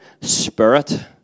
spirit